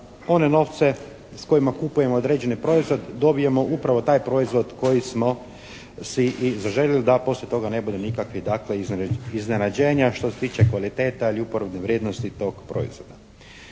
one novce s kojima kupujemo određeno proizvod dobijemo upravo taj proizvod koji smo si i zaželjeli da poslije toga ne bude dakle iznenađenja što se tiče kvaliteta ili uporabne vrijednosti tog proizvoda.